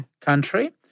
country